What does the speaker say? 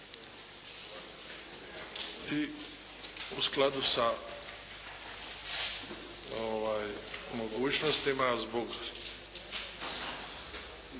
I u skladu sa mogućnostima zbog novih